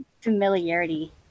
familiarity